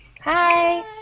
Hi